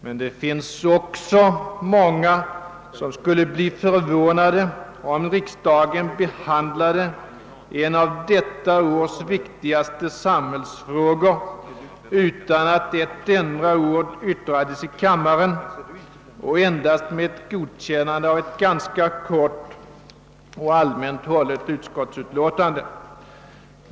Men det finns också många som skulle bli förvånade om riksdagen behandlade en av detta års viktigaste samhällsfrågor utan att ett enda ord yttrades i kammaren och endast godkände ett ganska kort och allmänt hållet utskottsutlåtande.